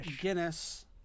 Guinness